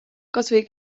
kasvõi